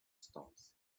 stones